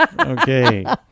okay